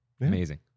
Amazing